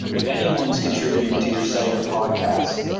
if anyone's contributing to your site or podcast,